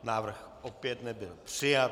Návrh opět nebyl přijat.